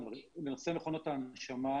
בנושא מכונות ההנשמה